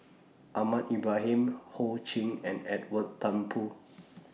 Ahmad Ibrahim Ho Ching and Edwin Thumboo